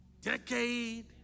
decade